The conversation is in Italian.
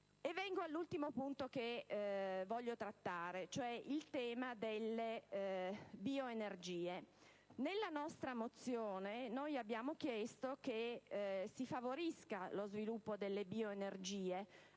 Vengo all'ultimo punto che voglio trattare, ossia il tema delle bioenergie. Nella nostra mozione abbiamo chiesto che si favorisca lo sviluppo delle bioenergie